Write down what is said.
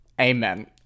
amen